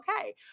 okay